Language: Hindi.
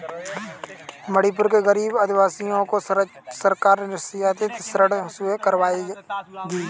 मणिपुर के गरीब आदिवासियों को सरकार रियायती ऋण मुहैया करवाएगी